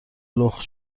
لخت